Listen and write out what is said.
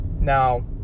Now